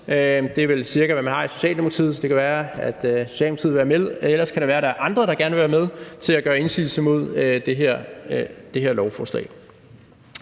Det er vel cirka, hvad man har i Socialdemokratiet, så det kan være, at Socialdemokratiet vil være med. Ellers kan det være, at der er andre, der gerne vil være med til at gøre indsigelse mod det her lovforslag.